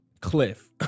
cliff